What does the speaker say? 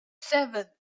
seven